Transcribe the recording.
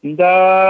da